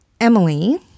Emily